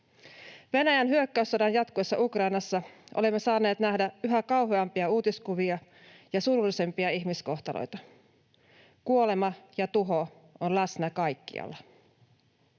Venäjän hyökkäyssodan jatkuessa Ukrainassa olemme saaneet nähdä yhä kauheampia uutiskuvia ja surullisempia ihmiskohtaloita. Kuolema ja tuho ovat läsnä kaikkialla.